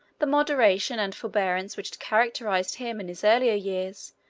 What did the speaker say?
the moderation and forbearance which had characterized him in his earlier years,